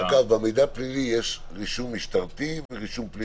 אגב, במידע הפלילי יש רישום משטרתי ורישום פלילי?